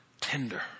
tender